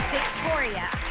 victoria.